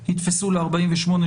מסתכלים גם על חודש ספטמבר,